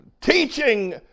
teaching